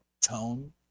tone